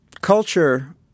culture